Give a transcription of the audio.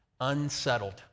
Unsettled